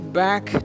back